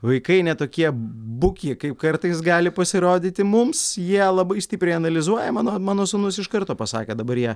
vaikai ne tokie buki kaip kartais gali pasirodyti mums jie labai stipriai analizuoja mano mano sūnus iš karto pasakė dabar jie